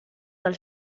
dal